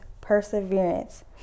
perseverance